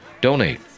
Donate